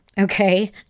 okay